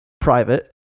Private